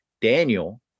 Daniel